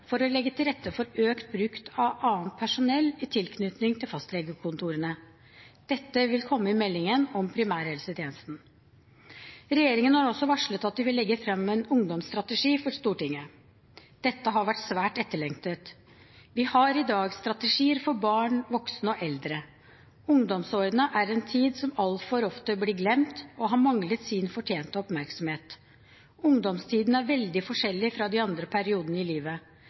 for å legge til rette for økt bruk av annet personell i tilknytning til fastlegekontorene. Dette vil komme i meldingen om primærhelsetjenesten. Regjeringen har også varslet at de vil legge fram en ungdomsstrategi for Stortinget. Dette har vært svært etterlengtet. Vi har i dag strategier for barn, voksne og eldre. Ungdomsårene er en tid som altfor ofte blir glemt, og har manglet sin fortjente oppmerksomhet. Ungdomstiden er veldig forskjellig fra de andre periodene i livet.